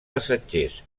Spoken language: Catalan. passatgers